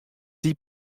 die